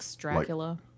Dracula